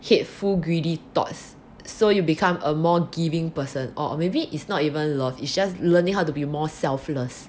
hateful greedy thoughts so you will become a more giving person or maybe it's not even love it's just learning how to be more selfless